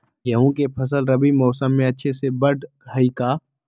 गेंहू के फ़सल रबी मौसम में अच्छे से बढ़ हई का?